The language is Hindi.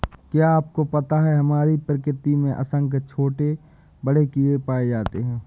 क्या आपको पता है हमारी प्रकृति में असंख्य छोटे बड़े कीड़े पाए जाते हैं?